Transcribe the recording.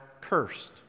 cursed